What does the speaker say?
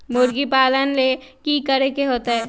मुर्गी पालन ले कि करे के होतै?